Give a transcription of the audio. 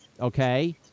okay